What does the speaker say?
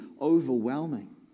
overwhelming